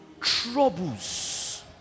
troubles